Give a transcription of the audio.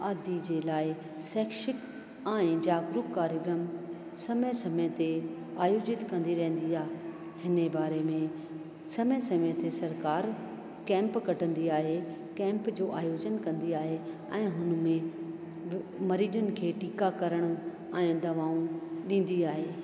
आदि जे लाइ शैक्षिक आहे जागरूक कार्यक्रम समय समय ते आयोजित कंदी रहंदी आहे हिन ई बारे में समय समय ते सरकार कैंप कढंदी आहे कैंप जो आयोजन कंदी आहे ऐं हुन में मरीज़नि खे टीका करणु ऐं दवाऊं ॾींदी आहे